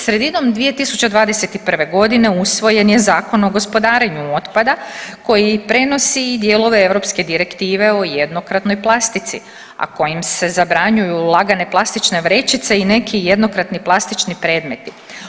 Sredinom 2021. godine usvojen je Zakon o gospodarenju otpada koji prenosi i dijelove europske direktive o jednokratnoj plastici, a kojim se zabranjuju lagane plastične vrećice i neki jednokratni plastični predmeti.